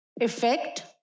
effect